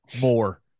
More